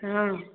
हँ